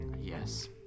Yes